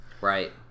Right